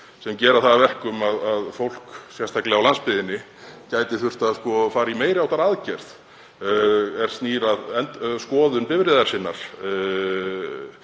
sem gera það að verkum að fólk, sérstaklega á landsbyggðinni, gæti þurft að fara í meiri háttar aðgerð er snýr að skoðun bifreiða sinna